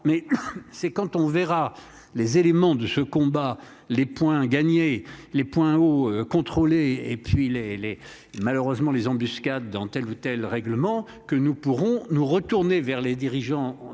mais c'est quand on verra les éléments de ce combat les points à gagner les points au contrôler et puis les les malheureusement les embuscades dans telle ou telle règlements que nous pourrons nous retourner vers les dirigeants